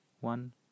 one